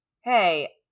hey